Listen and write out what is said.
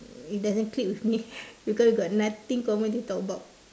doesn't click with me because got nothing common to talk about